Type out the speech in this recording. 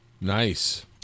Nice